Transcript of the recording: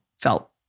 felt